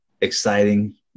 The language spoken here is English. exciting